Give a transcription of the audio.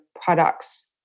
products